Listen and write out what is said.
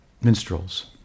minstrels